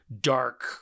dark